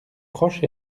proche